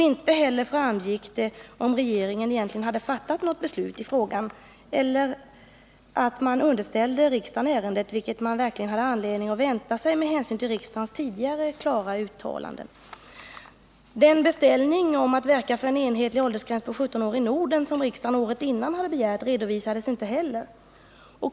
Inte heller framgick det om regeringen egentligen hade fattat något beslut i frågan eller om regeringen ämnade underställa riksdagen ärendet — vilket man verkligen hade anledning att vänta sig med hänsyn till riksdagens tidigare klara uttalande. Den beställning om att verka för en enhetlig åldersgräns i Norden på 17 år som riksdagen året innan hade begärt redovisades inte heller.